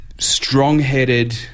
strong-headed